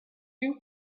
you